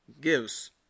gives